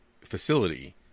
facility